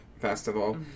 Festival